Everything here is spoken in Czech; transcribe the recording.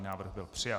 Návrh byl přijat.